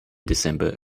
december